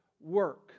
work